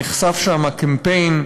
נחשף שם קמפיין,